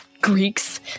Greeks